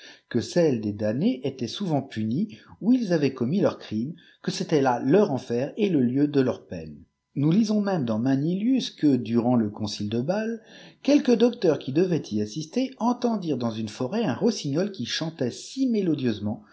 que ceues des damnés étaient souvent punies où ils avaient commis leurs crimes que c'était là leur enfer et le ueu de leurs peines nous lisons même dans manilius que durant le concile de bàle auelqu docteurs qui devaient y assister entendirent dans une forêt un rossignol qui chantait si mélodieusement